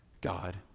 God